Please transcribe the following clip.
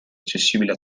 accessibile